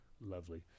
Lovely